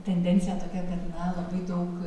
tendencija tokia kad labai daug